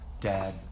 dad